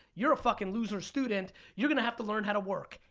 you're a fuckin' loser student. you're gonna have to learn how to work.